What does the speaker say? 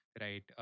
right